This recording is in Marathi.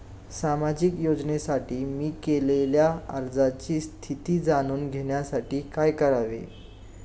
सामाजिक योजनेसाठी मी केलेल्या अर्जाची स्थिती जाणून घेण्यासाठी काय करावे?